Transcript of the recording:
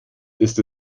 ist